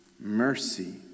mercy